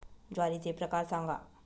ज्वारीचे प्रकार सांगा